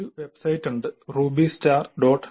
ഒരു വെബ്സൈറ്റ് ഉണ്ട് rubistar